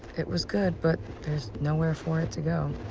it was good, but there's nowhere for it to go.